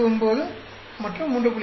49 மற்றும் 3